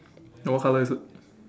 ya what colour is it